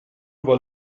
weil